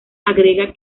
agrega